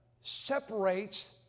separates